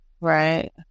right